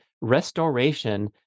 restoration